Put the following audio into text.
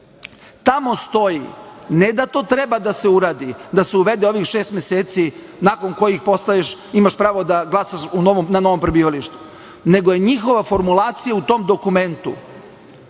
Tamo stoji ne da to treba da se uradi, da se uvede ovih šest meseci nakon posle kojih imaš pravo da glasaš na novom prebivalištu. Njihova formulacija u tom dokumentu,